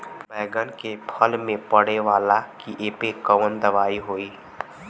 बैगन के फल में पड़े वाला कियेपे कवन दवाई होई?